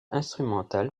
instrumental